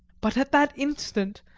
but at that instant,